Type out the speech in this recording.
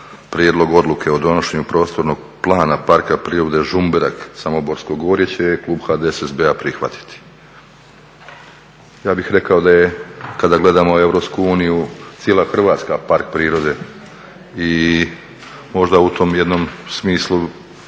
prijedlog odluke o donošenju Prostornog plana Parka prirode Žumberak Samoborsko gorje će klub HDSSB-a prihvatiti. Ja bih rekao da je kada gledamo EU cijela Hrvatska park prirode i možda u tom jednom smislu